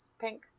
pink